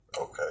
okay